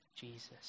Jesus